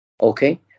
okay